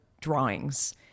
drawings